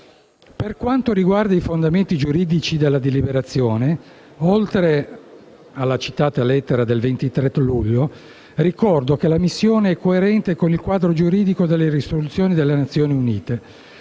Per quanto riguarda i fondamenti giuridici della deliberazione, oltre alla citata lettera del 23 luglio, ricordo che la missione è coerente con il quadro giuridico delle risoluzioni delle Nazioni Unite,